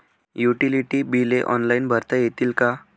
Utility बिले online भरता येतील का?